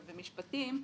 במשפטים,